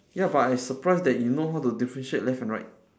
ya but I surprised that you know how to differentiate left and right